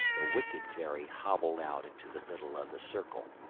the wicked fairy hobbled out into the middle of the circle,